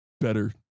better